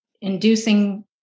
inducing